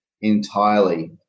entirely